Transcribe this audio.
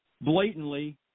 blatantly